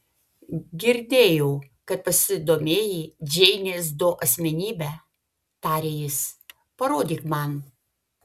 girdėjau kad pasidomėjai džeinės do asmenybe tarė jis parodyk man